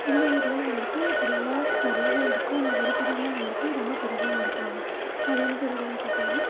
எங்கள் ஊர்லையும் வந்துட்டு திருவிழா நிறையாவே நடக்கும் ஆனால் ஒரு திருவிழா வந்துட்டு ரொம்ப பெருசாக நடத்துவாங்க அது எந்த திருவிழான்னு கேட்டிங்கன்னா